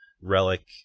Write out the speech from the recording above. Relic